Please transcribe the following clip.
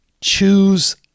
choose